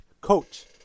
coach